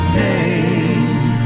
name